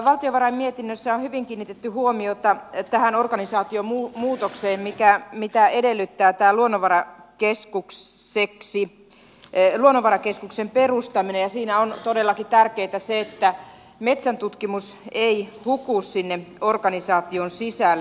valtiovarain mietinnössä on hyvin kiinnitetty huomiota tähän organisaatiomuutokseen mitä edellyttää tämä luonnonvarakeskuksen perustaminen ja siinä on todellakin tärkeätä se että metsäntutkimus ei huku sinne organisaation sisälle